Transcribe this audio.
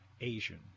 Asian